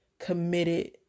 committed